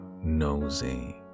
nosy